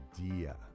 idea